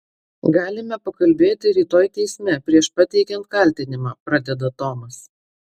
galime pakalbėti rytoj teisme prieš pateikiant kaltinimą pradeda tomas